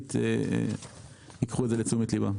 המנכ"לית ייקחו את זה לתשומת ליבם.